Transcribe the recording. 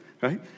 right